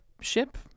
ship